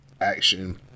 action